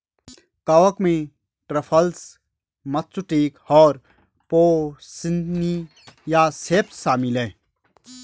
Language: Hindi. कवक में ट्रफल्स, मत्सुटेक और पोर्सिनी या सेप्स शामिल हैं